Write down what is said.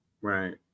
Right